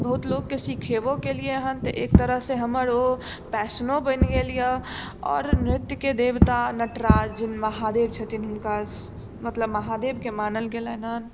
बहुत लोकके सीखेबो केलियनि तऽ एक तरहसँ हमर ओ पैसनो बनि गेल अछि आओर नृत्यके देवता नटराज महादेव छथिन हुनका मतलब महादेवके मानल गेलैन हैं